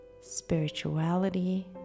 spirituality